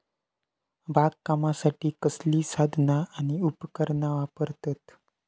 बागकामासाठी कसली साधना आणि उपकरणा वापरतत?